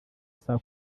saa